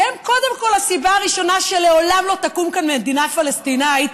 שהם קודם כול הסיבה הראשונה שלעולם לא תקום כאן מדינה פלסטינית,